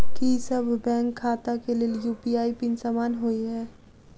की सभ बैंक खाता केँ लेल यु.पी.आई पिन समान होइ है?